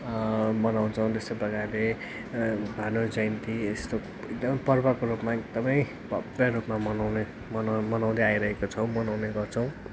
मनाउँछौँ त्यस्तै प्रकारले भानु जयन्ती यस्तो एकदमै पर्वको रूपमा एकदमै भव्य रूपमा मनाउने मना मनाउँदै आइरहेका छौँ मनाउने गर्छौँ